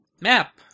Map